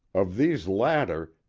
of these latter,